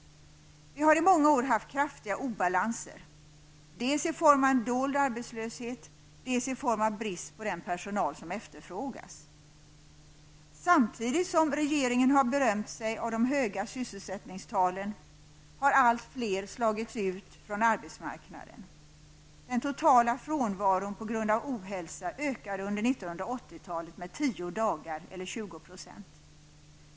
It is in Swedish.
Vi har i många år haft kraftiga obalanser på arbetsmarknaden, dels i form av en dold arbetslöshet, dels i form av brist på den personal som efterfrågas. Samtidigt som regeringen har berömt sig för de höga sysselsättningstalen, har allt fler slagits ut från arbetsmarknaden. Den totala frånvaron på grund av ohälsa ökade under 1980-talet med 10 dagar, eller 20 %.